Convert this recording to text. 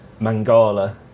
Mangala